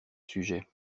sujet